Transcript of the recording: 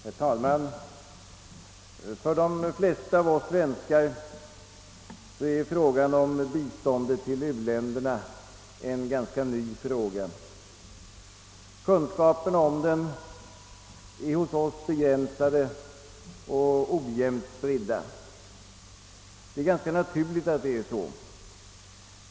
Herr talman! För de flesta av oss svenskar är frågän om biståndet till u-länderna en ganska ny fråga. Kunska perna om den är hos oss begränsade och rjämnt spridda. Det är ganska naturligt att det är så.